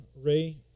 Ray